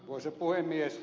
arvoisa puhemies